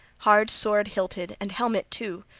hard sword hilted, and helmet too,